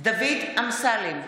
דוד אמסלם,